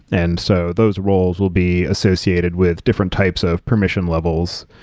and so those roles will be associated with different types of permission levels.